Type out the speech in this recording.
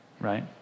right